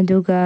ꯑꯗꯨꯒ